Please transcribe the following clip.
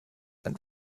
and